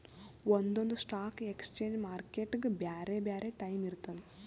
ಒಂದೊಂದ್ stock exchange ಮಾರ್ಕೆಟ್ಗ್ ಬ್ಯಾರೆ ಬ್ಯಾರೆ ಟೈಮ್ ಇರ್ತದ್